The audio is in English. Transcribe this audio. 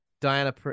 diana